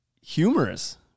humorous